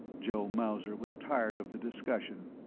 joe mauser was tired of the discussion.